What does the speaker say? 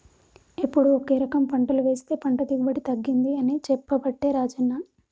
ఎప్పుడు ఒకే రకం పంటలు వేస్తె పంట దిగుబడి తగ్గింది అని చెప్పబట్టే రాజన్న